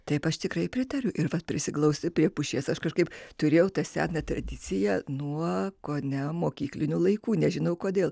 taip aš tikrai pritariu ir vat prisiglausti prie pušies aš kažkaip turėjau tą seną tradiciją nuo kone mokyklinių laikų nežinau kodėl